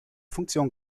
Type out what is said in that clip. funktion